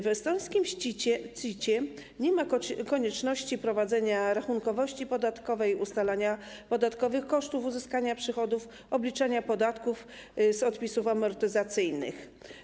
W estońskim CIT nie ma konieczności prowadzenia rachunkowości podatkowej, ustalania podatkowych kosztów uzyskania przychodów, obliczania podatków z odpisów amortyzacyjnych.